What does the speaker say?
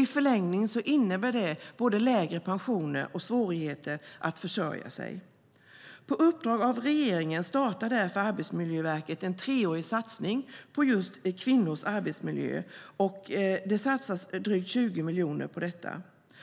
I förlängningen innebär det både lägre pensioner och svårigheter att försörja sig. På uppdrag av regeringen startar därför Arbetsmiljöverket en treårig satsning på just kvinnors arbetsmiljöer. Det satsas drygt 20 miljoner på detta.